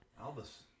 Albus